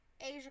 Asia